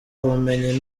ubumenyi